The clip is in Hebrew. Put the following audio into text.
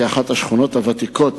כאחת השכונות הוותיקות